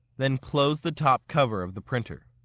then close the top cover of the printer.